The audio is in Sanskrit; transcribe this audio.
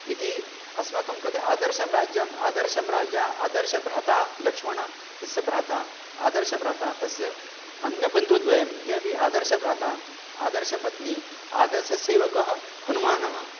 इति अस्माकं कृते आदर्शं राज्यम् आदर्शं राजा आदर्शभ्राता लक्ष्मणः तस्य भ्राता आदर्शभ्राता तस्य अन्यबन्धुद्वयं ते अपि आदर्शभ्राता आदर्शपत्नी आदर्शसेवकः हनुमानः